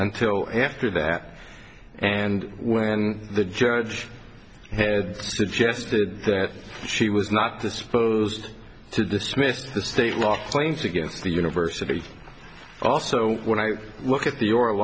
until after that and when the judge had suggested that she was not disposed to dismissed the state law claims against the university also when i look at the o